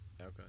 okay